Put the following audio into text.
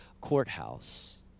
courthouse